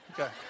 Okay